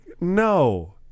no